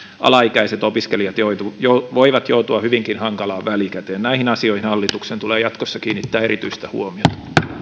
alaikäiset opiskelijat voivat joutua hyvinkin hankalaan välikäteen näihin asioihin hallituksen tulee jatkossa kiinnittää erityistä huomiota